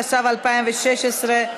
התשע"ו 2016,